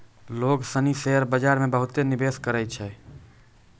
लोग सनी शेयर बाजार मे बहुते निवेश करै छै